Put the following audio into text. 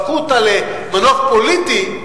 והפכו אותה למנוף פוליטי,